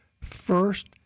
first